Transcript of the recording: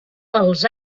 els